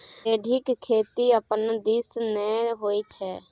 खेढ़ीक खेती अपना दिस नै होए छै